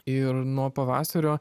ir nuo pavasario